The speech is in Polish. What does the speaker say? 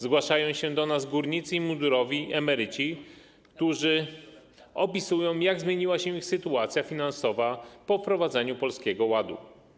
Zgłaszają się do nas górnicy i mundurowi emeryci, którzy opisują, jak zmieniła się ich sytuacja finansowa po wprowadzeniu Polskiego Ładu.